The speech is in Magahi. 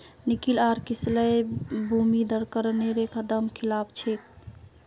निकिल आर किसलय विमुद्रीकरण नेर एक दम खिलाफ छे